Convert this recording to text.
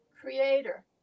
creator